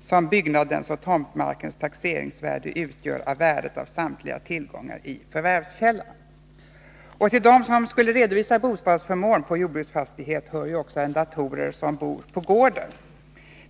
som byggnadens och tomtmarkens taxeringsvärde utgör av värdet av samtliga tillgångar i förvärvskällan.” Till dem som skulle redovisa bostadsförmån på jordbruksfastighet hör också arrendatorer som bor på gården.